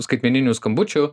skaitmeninių skambučių